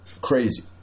crazy